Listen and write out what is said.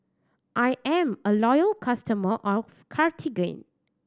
I'm a loyal customer of Cartigain